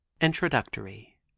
Introductory